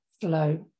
flow